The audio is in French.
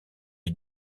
est